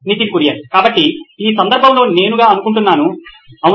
Nitin Kurian COO నోయిన్ electronics కాబట్టి ఈ సందర్భంలో నేనుగా అనుకుంటున్నాను అవును